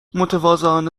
متواضعانه